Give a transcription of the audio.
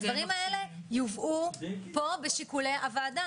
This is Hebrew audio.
הדברים האלה יובאו פה בשיקולי הוועדה,